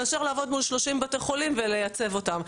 מאשר לעבוד מול 30 בתי חולים ולייצב אותם.